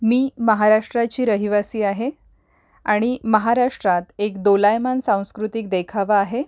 मी महाराष्ट्राची रहिवासी आहे आणि महाराष्ट्रात एक दोलायमान सांस्कृतिक देखावा आहे